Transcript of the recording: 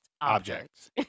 objects